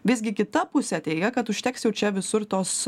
visgi kita pusė teigia kad užteks jau čia visur tos